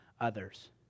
others